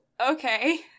Okay